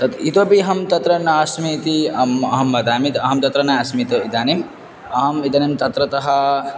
तत् इतोपि अहं तत्र नास्मि इति अहम् अहं वदामि अहं तत्र नास्मि इतो इदानीम् अहम् इदानीं तत्रतः